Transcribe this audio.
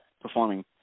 performing